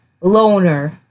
Loner